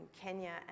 Kenya